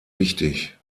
wichtig